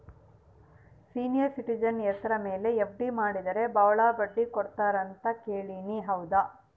Senior citizen ಹೆಸರ ಮೇಲೆ FD ಮಾಡಿದರೆ ಬಹಳ ಬಡ್ಡಿ ಕೊಡ್ತಾರೆ ಅಂತಾ ಕೇಳಿನಿ ಹೌದಾ?